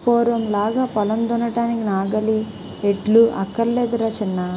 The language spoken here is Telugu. పూర్వంలాగా పొలం దున్నడానికి నాగలి, ఎడ్లు అక్కర్లేదురా చిన్నా